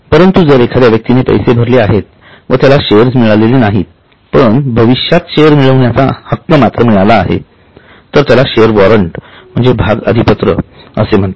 परंतु जर एखाद्या व्यक्तीने पैसे भरले आहेत व त्याला शेअर मिळाले नाहीत पण भविष्यात शेअर्स मिळण्याचा हक्क मात्र मिळाला तर त्याला शेअर वॉरंट म्हणजे भाग अधिपत्र असे म्हणतात